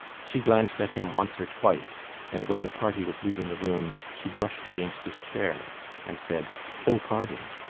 she glanced at him once or twice and, when the party was leaving the room, she brushed against his chair and said o, pardon!